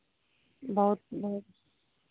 बहुत बहुत